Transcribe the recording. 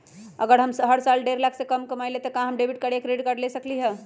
अगर हम हर साल डेढ़ लाख से कम कमावईले त का हम डेबिट कार्ड या क्रेडिट कार्ड ले सकली ह?